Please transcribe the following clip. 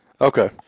Okay